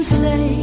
say